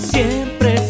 Siempre